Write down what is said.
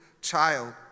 child